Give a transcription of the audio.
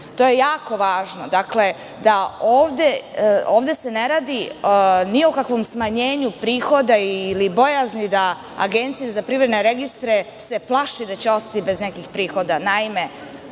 To je jako važno. Ovde se ne radi ni o kakvom smanjenju prihoda ili bojazni da Agencija za privredne registre se plaši da će ostati bez nekih prihoda. Svi